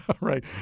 Right